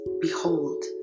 behold